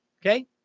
Okay